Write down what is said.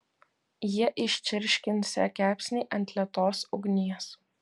jie iščirškinsią kepsnį ant lėtos ugnies